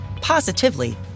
positively